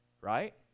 Right